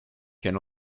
can